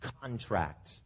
contract